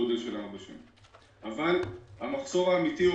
אבל המחסור האמיתי הוא